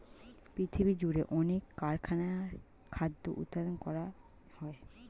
পৃথিবীজুড়ে অনেক কারখানায় খাদ্য উৎপাদন করা হয়